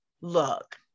look